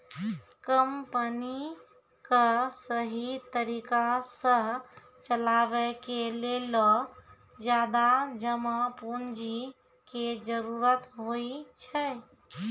company क सहि तरिका सह चलावे के लेलो ज्यादा जमा पुन्जी के जरुरत होइ छै